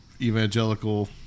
evangelical